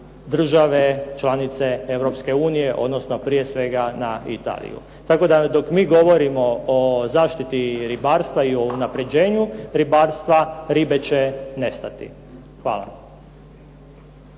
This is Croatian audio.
države članice EU, odnosno prije svega na Italiju. Tako da dok mi govorimo o zaštiti ribarstva i unapređenju ribarstva, ribe će nestati. Hvala.